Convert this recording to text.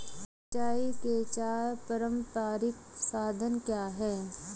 सिंचाई के चार पारंपरिक साधन क्या हैं?